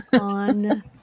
On